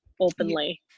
openly